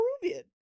Peruvian